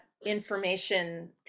information